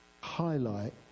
highlight